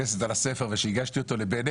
הכנסת, אוצרות הכנסת - של אוסף ח"כים, ספרי